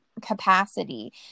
capacity